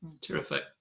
Terrific